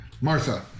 Martha